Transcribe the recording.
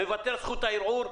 מוותר על זכות הערעור,